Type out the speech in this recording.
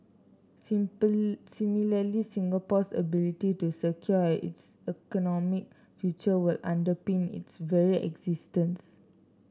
simple similarly Singapore's ability to secure its economic future will underpin its very existence